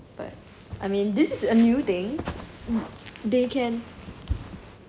but I mean this is a new thing they can